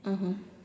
mmhmm